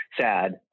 sad